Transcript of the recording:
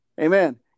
Amen